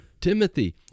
timothy